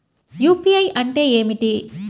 UPI అంటే ఏమిటి?